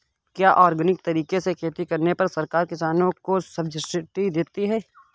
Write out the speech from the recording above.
क्या ऑर्गेनिक तरीके से खेती करने पर सरकार किसानों को सब्सिडी देती है?